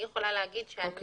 אני יכולה להגיד שאני